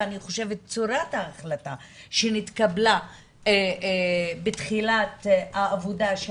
ואני חושבת צורת ההחלטה שנתקבלה בתחילת העבודה של